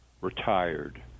retired